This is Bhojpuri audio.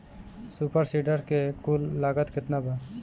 सुपर सीडर के कुल लागत केतना बा?